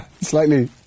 Slightly